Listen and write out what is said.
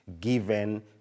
given